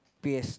P S